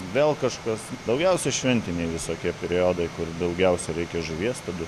vėl kažkas daugiausiai šventiniai visokie periodai kur daugiausiai reikia žuvies tada